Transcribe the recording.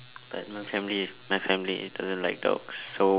but my family my family doesn't like dogs so